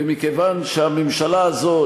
ומכיוון שהממשלה הזאת,